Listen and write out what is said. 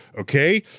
okay?